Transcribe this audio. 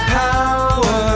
power